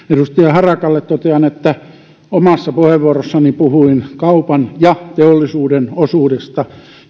harakalle totean että omassa puheenvuorossani puhuin kaupan ja teollisuuden osuudesta